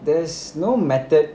there's no method